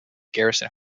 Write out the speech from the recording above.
garrison